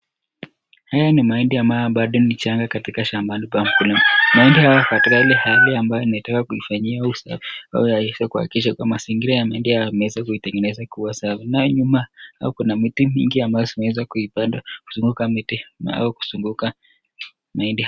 Haya ni mahindi ambayo bado ni changa katika shambani kwa mkulima, mahindi haya yako katika ile hali ambayo anataka kuifanyia usafi, ili awese kuhakikisha mazingira ya mahindi ameeza kutengeneza kuwa safi, naye nyuma, yao kuna miti mingi zimeeza kuipanda kuzunguka miti, au kuzunguka mahindi.